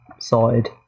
sorted